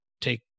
take